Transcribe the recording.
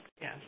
yes